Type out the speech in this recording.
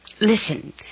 Listen